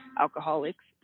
alcoholics